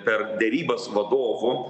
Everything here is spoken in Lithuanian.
per derybas vadovų